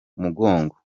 mugongo